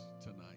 tonight